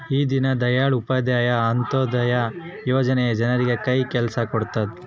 ಈ ದೀನ್ ದಯಾಳ್ ಉಪಾಧ್ಯಾಯ ಅಂತ್ಯೋದಯ ಯೋಜನೆ ಜನರಿಗೆ ಕೈ ಕೆಲ್ಸ ಕೊಡುತ್ತೆ